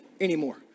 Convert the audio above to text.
anymore